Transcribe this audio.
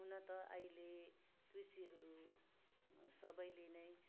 हुन त अहिले कृषिहरू सबैले नै